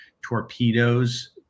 torpedoes